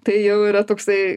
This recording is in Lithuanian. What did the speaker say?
tai jau yra toksai